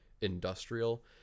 industrial